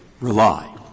rely